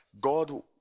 God